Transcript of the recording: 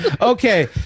Okay